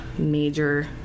major